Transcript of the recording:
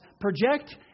project